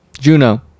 Juno